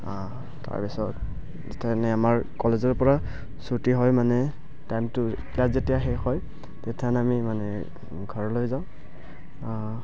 তাৰপিছত তেনে আমাৰ কলেজৰ পৰা চুটি হয় মানে টাইমটো তাত যেতিয়া শেষ হয় তেথান আমি মানে ঘৰলৈ যাওঁ